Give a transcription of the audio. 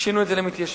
ושינו את זה למתיישבים,